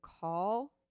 call